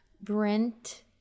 Brent